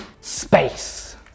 space